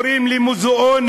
אומרים לי: מוזיאונים.